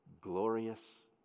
glorious